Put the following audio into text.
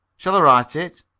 shall i write it,